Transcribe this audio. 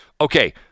okay